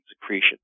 secretion